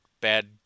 bad